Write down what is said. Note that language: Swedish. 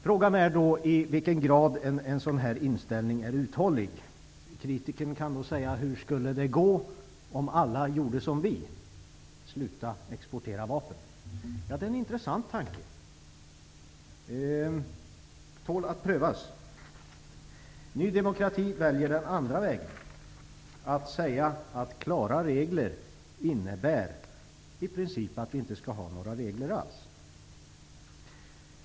I hur hög grad håller då en sådan inställning? Kritikern kan fråga hur det skulle gå om alla gjorde som vi och slutade exportera vapen. Det är en intressant tanke, som tål att prövas. Ny demokrati väljer den andra vägen, och menar att klara regler i princip innebär att vi inte skall ha några regler alls.